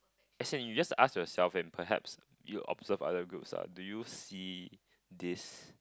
as in you just ask yourself and perhaps you observe other groups uh do you see this